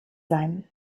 sein